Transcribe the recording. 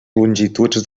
longituds